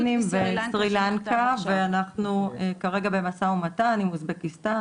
פיליפינים וסרי לנקה ואנחנו כרגע במשא ומתן עם אוזבקיסטן,